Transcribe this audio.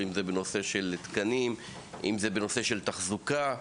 של תקנים או של תחזוקה?